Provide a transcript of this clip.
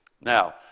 Now